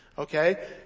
Okay